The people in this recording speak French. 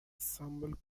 semble